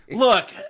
Look